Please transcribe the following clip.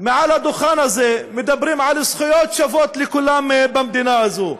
מעל הדוכן הזה מדברים על זכויות שוות לכולם במדינה הזאת.